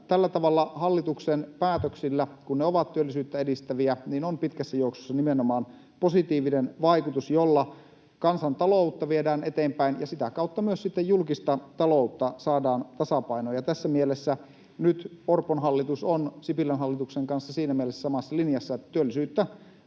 tällä tavalla hallituksen päätöksillä, kun ne ovat työllisyyttä edistäviä, on pitkässä juoksussa nimenomaan positiivinen vaikutus, jolla kansantaloutta viedään eteenpäin ja sitä kautta myös sitten julkista taloutta saadaan tasapainoon. Ja nyt Orpon hallitus on Sipilän hallituksen kanssa siinä mielessä samassa linjassa, että työllisyyttä